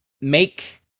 make